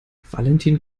valentin